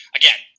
again